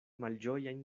malĝojajn